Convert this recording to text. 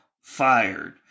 fired